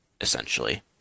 essentially